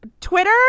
Twitter